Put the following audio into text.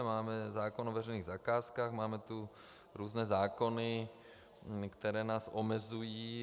Máme zákon o veřejných zakázkách, máme tu různé zákony, které nás omezují.